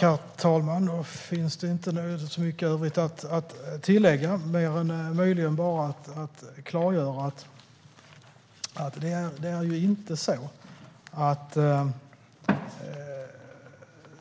Herr talman! Då finns det inte så mycket övrigt att tillägga, mer än möjligen att klargöra att det inte är så att